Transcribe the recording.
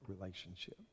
relationship